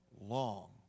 long